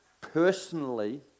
personally